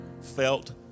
felt